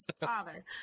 father